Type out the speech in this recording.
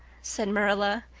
said marilla,